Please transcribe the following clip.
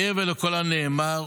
מעבר לכל הנאמר,